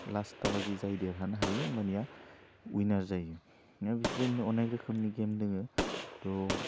लास्टहालागै जाय देरहानो हायो होमबानिया उइनार जायो दा बेफोरबायदिनो अनेक रोखोमनि गेम दोङो थह